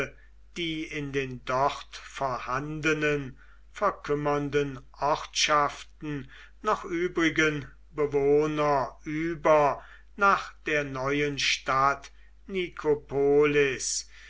die in den dort vorhandenen verkümmernden ortschaften noch übrigen bewohner über nach der neuen stadt nikopolis